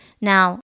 Now